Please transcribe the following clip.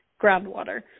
groundwater